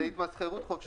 זו התמסחרות חופשית.